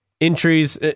entries